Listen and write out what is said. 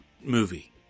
movie